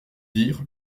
dire